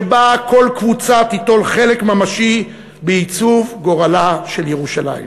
שבה כל קבוצה תיטול חלק ממשי בעיצוב גורלה של ירושלים.